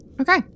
Okay